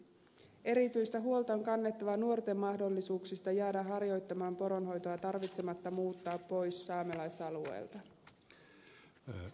erityistä huolta on kannettava nuorten mahdollisuuksista jäädä harjoittamaan poronhoitoa tarvitsematta muuttaa pois saamelaisalueelta